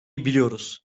biliyoruz